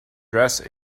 dress